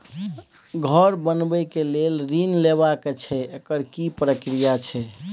घर बनबै के लेल ऋण लेबा के छै एकर की प्रक्रिया छै?